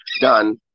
done